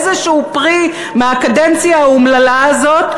איזשהו פרי מהקדנציה האומללה הזאת,